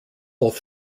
both